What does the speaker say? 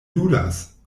ludas